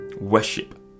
Worship